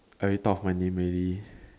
I ripped off my name already